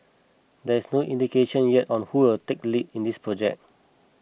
there is no indication yet on who will take the lead in this project